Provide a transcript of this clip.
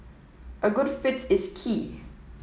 a good fit is key